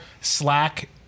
Slack